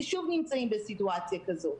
ושוב נמצאים בסיטואציה כזאת.